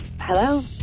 Hello